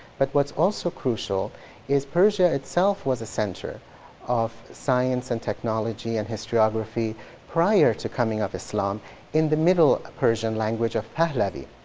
but, what's also crucial is persia itself was a center of science and technology and historiography prior to coming of islam in the middle persian language of pahlavi.